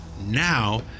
now